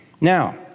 Now